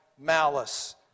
malice